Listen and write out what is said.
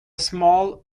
small